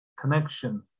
connection